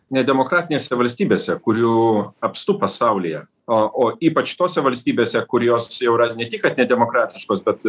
nedemokratinėse valstybėse kurių apstu pasaulyje o o ypač tose valstybėse kurios jau yra ne tik kad nedemokratiškos bet